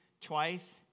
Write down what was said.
twice